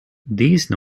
these